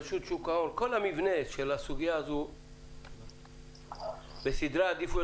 ברשות שוק ההון שבכל המבנה של הסוגיה הזאת וסדרי העדיפויות,